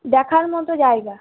দেখার মতো জায়গা